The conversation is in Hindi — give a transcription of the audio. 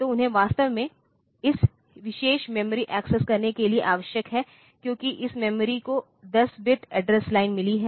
तो उन्हें वास्तव में इस विशेष मेमोरी एक्सेस करने के लिए आवश्यक है क्योंकि इस मेमोरी को 10 बिट एड्रेस लाइन मिली है